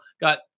Got